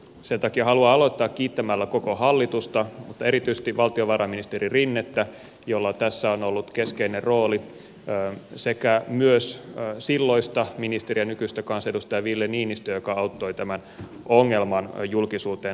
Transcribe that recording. sen takia haluan aloittaa kiittämällä koko hallitusta mutta erityisesti valtiovarainministeri rinnettä jolla tässä on ollut keskeinen rooli sekä myös silloista ministeriä nykyistä kansanedustajaa ville niinistöä joka auttoi tämän ongelman julkisuuteen nostamisessa